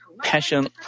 passion